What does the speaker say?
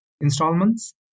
Installments